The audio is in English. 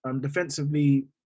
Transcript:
defensively